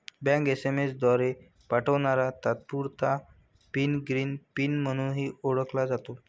bank SMS द्वारे पाठवणारा तात्पुरता पिन ग्रीन पिन म्हणूनही ओळखला जातो